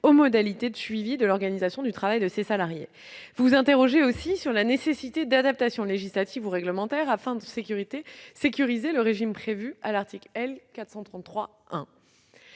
modalités de suivi de l'organisation du travail de ces salariés. Vous vous interrogez aussi sur la nécessité d'adaptations législatives ou réglementaires afin de sécuriser le régime prévu à cet article.